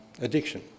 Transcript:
addiction